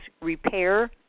Repair